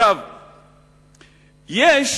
בארצות-הברית היה